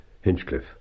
Hinchcliffe